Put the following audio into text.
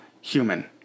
Human